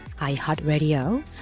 iHeartRadio